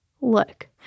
Look